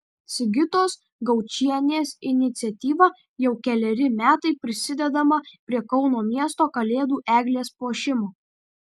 sigitos gaučienės iniciatyva jau keleri metai prisidedame prie kauno miesto kalėdų eglės puošimo